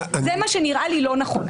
זה מה שנראה לי לא נכון.